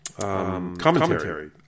commentary